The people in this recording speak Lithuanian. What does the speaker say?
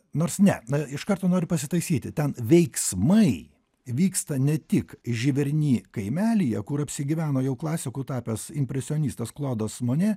nors ne iš karto nori pasitaisyti ten veiksmai vyksta ne tik živerni kaimelyje kur apsigyveno jau klasiku tapęs impresionistas klodas monė